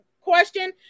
question